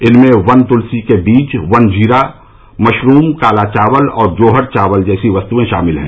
इनमें वन तुलसी के बीज वन जीरा मशरूम काला चावल और जोहर चावल जैसी वस्तुएं शामिल हैं